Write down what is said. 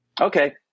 Okay